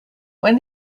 when